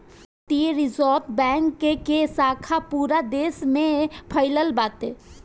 भारतीय reserve bank के शाखा पूरा देस में फइलल बाटे